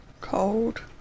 cold